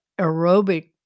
aerobic